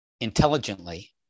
intelligently